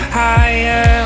higher